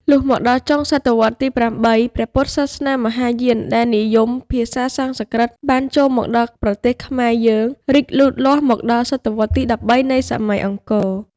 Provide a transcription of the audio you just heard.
លុះមកដល់ចុងស.វ. ទី៨ ព្រះពុទ្ធសាសនាមហាយានដែលនិយមភាសាសំស្ក្រឹតបានចូលមកដល់ប្រទេសខ្មែរយើង រីកលូតលាស់មកដល់ ស.វ.ទី ១៣ នៃសម័យអង្គរ ។